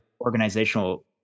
Organizational